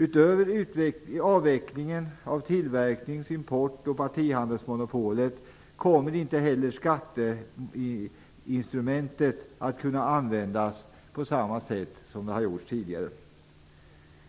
Utöver avvecklingen av tillverknings-, import och partihandelsmonopolet kommer inte heller skatteinstrumentet att kunna användas på samma sätt som tidigare.